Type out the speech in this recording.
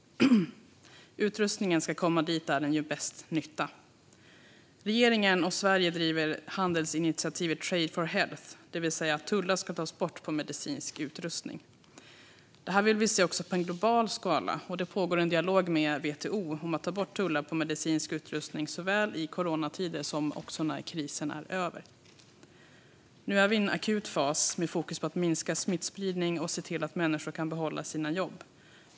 Utrustningen ska komma dit där den gör bäst nytta. Regeringen och Sverige driver handelsinitiativet Trade for Health, som syftar till att tullar ska tas bort på medicinsk utrustning. Det här vill vi se också i global skala. Det pågår en dialog med WTO om att ta bort tullar på medicinsk utrustning, såväl i coronatider som när krisen är över. Nu är vi i en akut fas med fokus på att minska smittspridning och se till att människor kan behålla sina jobb.